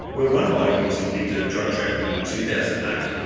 when one bikie was convicted of drug trafficking in two thousand and eight,